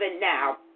now